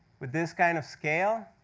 with this kind of scale,